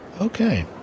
Okay